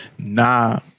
Nah